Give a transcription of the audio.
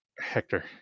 Hector